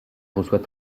reçoit